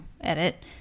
edit